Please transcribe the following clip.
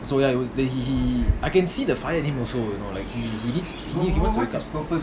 so ya it was the he he I can see the fire in him also you like he he needs he needs